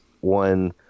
One